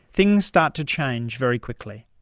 things start to change very quickly.